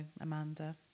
Amanda